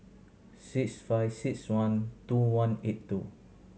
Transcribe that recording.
six five six one two one eight two